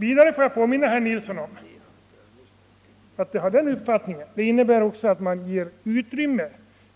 Vidare får jag påminna herr Nilsson om att jag har den uppfattningen att demokrati också innebär att man ger utrymme